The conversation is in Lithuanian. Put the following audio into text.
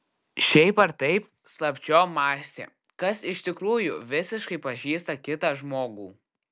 šiaip ar taip slapčiom mąstė kas iš tikrųjų visiškai pažįsta kitą žmogų